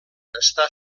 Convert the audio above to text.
està